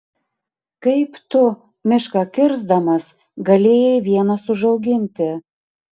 kaip tu mišką kirsdamas galėjai vienas užauginti